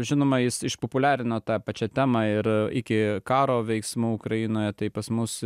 žinoma jis išpopuliarino tą pačią temą ir iki karo veiksmų ukrainoje tai pas mus